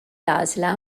għażla